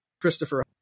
Christopher